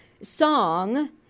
song